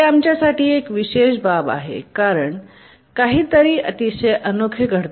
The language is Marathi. हे आमच्यासाठी एक विशेष बाब आहे कारण काहीतरी अतिशय अनोखे घडते